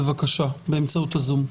בבקשה באמצעות הזום.